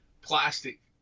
plastic